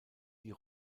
die